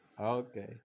Okay